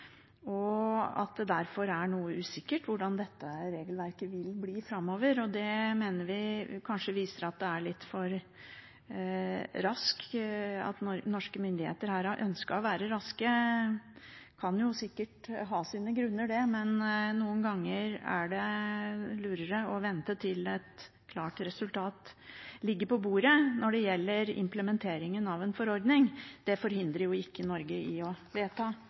Det er derfor noe usikkert hvordan dette regelverket vil bli framover. Det mener vi viser at det kanskje skjer litt for raskt, at norske myndigheter har ønsket å være raske. Det kan sikkert ha sine grunner, men noen ganger er det lurere å vente til et klart resultat ligger på bordet når det gjelder implementering av en forordning. Det forhindrer ikke Norge fra å vedta